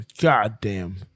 goddamn